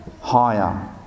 higher